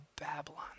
Babylon